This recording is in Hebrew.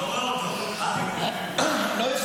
מי זה?